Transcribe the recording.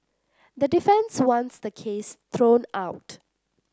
the defence wants the case thrown out